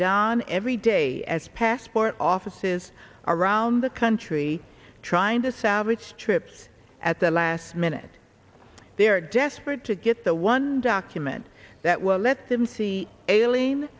dawn every day as passport offices around the country trying to salvage strips at the last minute they're desperate to get the one document that will let them see alien